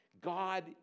God